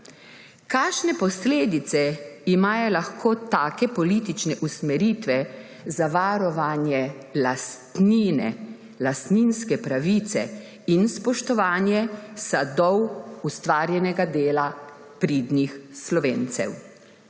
Kakšne posledice imajo lahko take politične usmeritve za varovanje lastnine, lastninske pravice in spoštovanje sadov ustvarjenega dela pridnih Slovencev?